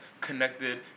connected